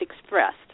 expressed